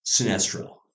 Sinestro